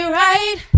right